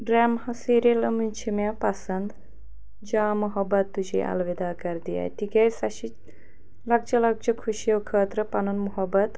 ڈرٛامہَس سیٖریَلَن منٛز چھِ مےٚ پَسَنٛد جا محبت تُجھے الوِدا کَر دِیا تِکیٛازِ سۄ چھِ لَکچہٕ لَکچہٕ خوشیو خٲطرٕ پَنُن مُحبت